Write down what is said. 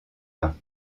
vin